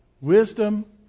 Wisdom